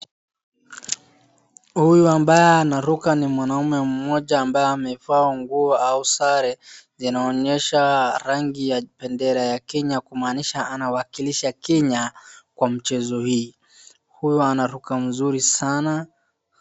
Huyu ambaye anaruka ni mwanaume mmoja ambaye amevaa nguo au sare zinaonyesha rangi ya bendera ya Kenya kumaanisha anawakilisha Kenya kwa mchezo hii. Huyu anaruka mzuri sana.